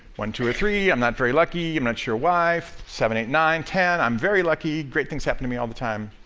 one, two or three i'm not very lucky, and i'm not sure why. seven, eight, nine, ten, i'm very lucky, great things happen to me all the time,